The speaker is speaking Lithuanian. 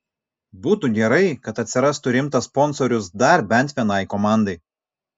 būtų gerai kad atsirastų rimtas sponsorius dar bent vienai komandai